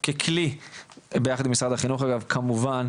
ככלי ביחד עם משרד החינוך אגב כמובן,